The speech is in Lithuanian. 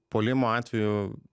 puolimo atveju